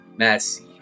Messi